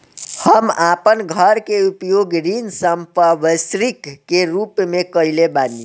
हम आपन घर के उपयोग ऋण संपार्श्विक के रूप में कइले बानी